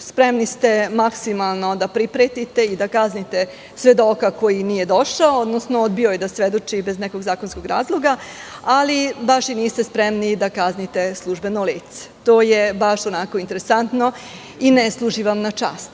Spremni ste maksimalno da pripretite i da kaznite svedoka koji nije došao, odnosno odbio je da svedoči bez nekog zakonskog razloga, ali baš i niste spremni da kaznite službeno lice. To je baš interesantno i ne služi vam na čast.